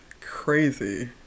crazy